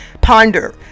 Ponder